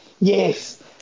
yes